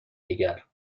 دیگر